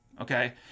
okay